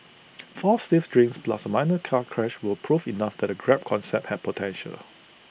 four stiff drinks plus A minor car crash were proof enough that the grab concept had potential